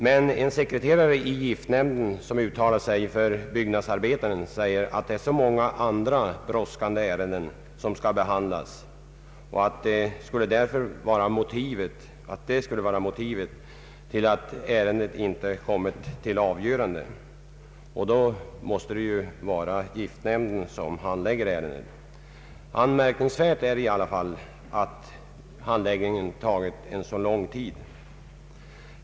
Men en sekreterare i giftnämnden, som uttalade sig för ”Byggnadsarbetaren”, säger att det är många andra brådskande ärenden som skall behandlas och att detta skulle vara motivet till att ärendet inte kommit till avgörande. Detta tyder väl på att det måste vara giftnämnden som handlägger ärendet. Anmärkningsvärt är i alla fall att handläggningen tagit så lång tid.